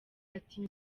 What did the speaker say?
ati